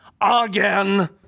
Again